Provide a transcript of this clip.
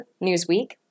Newsweek